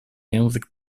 język